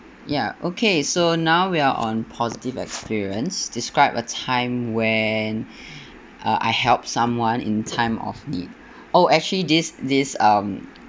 ya okay so now we are on positive experience describe a time when uh I help someone in time of need oh actually this this um